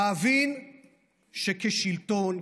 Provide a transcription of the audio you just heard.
להבין שכשלטון,